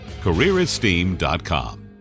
CareerEsteem.com